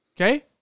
Okay